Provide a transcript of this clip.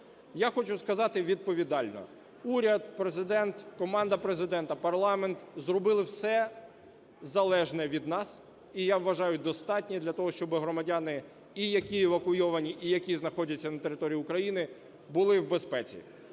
Я хочу сказати відповідально. Уряд, Президент, команда Президента, парламент зробили все залежне від нас, і я вважаю, достатнє для того, щоб громадяни, і які евакуйовані, і які знаходяться на території України, були в безпеці.